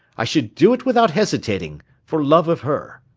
i should do it without hesitating, for love of her.